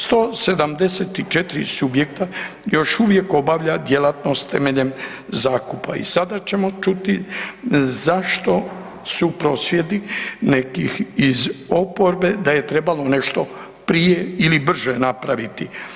174 subjekta još uvijek obavlja djelatnost temeljem zakupa i sada ćemo čuti zašto su prosvjedi nekih iz oporbe da je trebalo nešto prije ili brže napraviti.